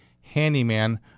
handyman